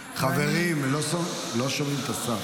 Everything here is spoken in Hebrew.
--- חברים, לא שומעים את השר.